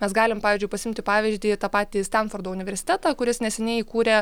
mes galim pavyzdžiui pasiimti pavyzdį tą patį stenfordo universitetą kuris neseniai įkūrė